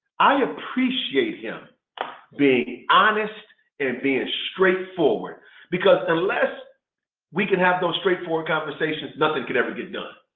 i appreciate him being honest and being straightforward because unless we can have those straightforward conversations, nothing could ever get done.